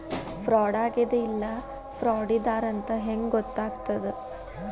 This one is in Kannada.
ಫ್ರಾಡಾಗೆದ ಇಲ್ಲ ಫ್ರಾಡಿದ್ದಾರಂತ್ ಹೆಂಗ್ ಗೊತ್ತಗ್ತದ?